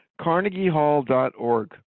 carnegiehall.org